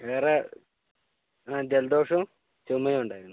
വേറെ ജലദോഷവും ചുമയും ഉണ്ടായിരുന്നു